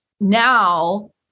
now